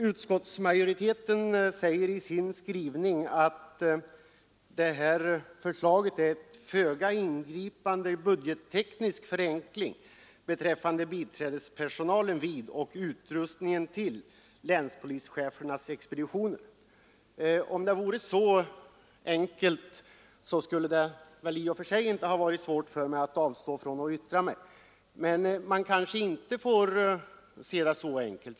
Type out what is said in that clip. Utskottsmajoriteten säger i sin skrivning att förslaget gäller en föga ingripande budgetteknisk förenkling beträffande biträdespersonalen vid och utrustningen till länspolischefernas expedition. Om det vore så enkelt, skulle det väl i och för sig inte ha varit svårt för mig att avstå från att yttra mig, men man kanske inte får se det så enkelt.